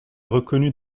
reconnut